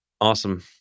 Awesome